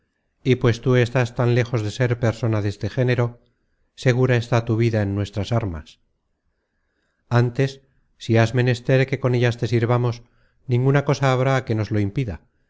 y pues tú estás tan lejos de ser persona deste género segura está tu vida de nuestras armas ántes si has menester que con ellas te sirvamos ninguna cosa habrá que nos lo impida